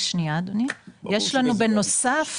בנוסף,